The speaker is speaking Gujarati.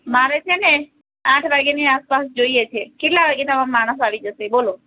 મારે છે ને આઠ વાગ્યાની આસપાસ જોઈએ છે કેટલા વાગ્યે તમારો માણસ આવી જશે બોલો